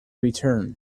return